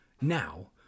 now